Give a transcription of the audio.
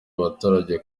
abaturage